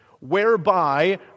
whereby